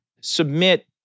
submit